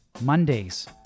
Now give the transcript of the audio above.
Mondays